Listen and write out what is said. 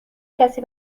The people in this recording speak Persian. کسی